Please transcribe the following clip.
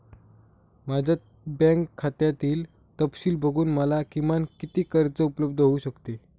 माझ्या बँक खात्यातील तपशील बघून मला किमान किती कर्ज उपलब्ध होऊ शकते?